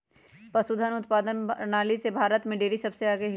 पशुधन उत्पादन प्रणाली में भारत में डेरी सबसे आगे हई